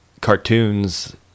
cartoons